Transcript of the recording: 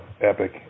epic